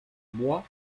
bois